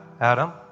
Adam